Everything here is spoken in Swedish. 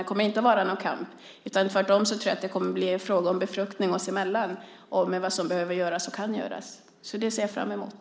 Det kommer inte att vara någon kamp, utan tvärtom tror jag att det kommer att bli fråga om befruktning oss emellan när det gäller vad som behöver göras och kan göras. Det ser jag fram emot.